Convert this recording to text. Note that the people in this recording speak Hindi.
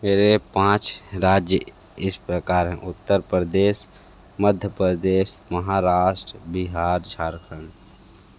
मेरे पाँच राज्य इस प्रकार हैं उत्तर प्रदेश मध्य प्रदेश महाराष्ट्र बिहार झारखंड